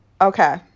okay